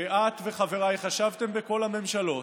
ואת וחברייך ישבתם בכל הממשלות,